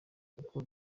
uko